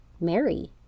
Mary